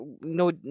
no